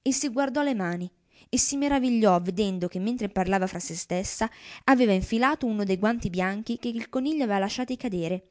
e si guardò le mani e si meravigliò vedendo che mentre parlava fra sè stessa aveva infilato uno de guanti bianchi che il coniglio avea lasciati cadere